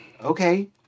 Okay